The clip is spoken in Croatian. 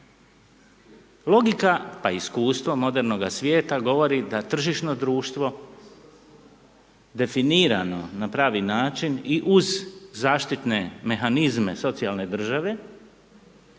Logika pa i iskustvo modernoga svijeta govori da tržišno društvo definirano na pravi način i u zaštitne mehanizme socijalne države,